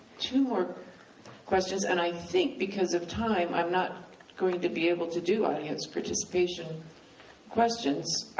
two more questions, and i think, because of time, i'm not going to be able to do audience participation questions,